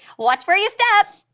watch where you step!